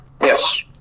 Yes